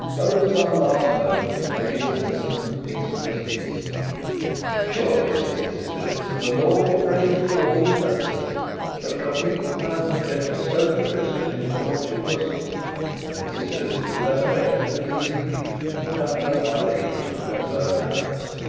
oh that our last moments may be as innocent and peaceful as his surely, said mrs phillips. the lord be praised for all his mercies but, for a meek, mild, gentle-spoken christian, his lordship was and mrs phillips, with unaffected but easy grief, put up her white apron to her flowing eyes.